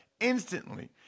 instantly